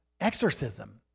exorcism